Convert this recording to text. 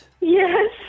Yes